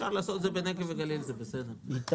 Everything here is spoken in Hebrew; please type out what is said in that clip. אפשר לעשות את זה בנגב ובגליל, זה גם חשוב.